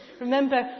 Remember